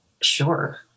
Sure